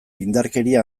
indarkeria